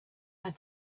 had